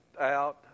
out